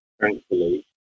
Thankfully